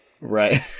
Right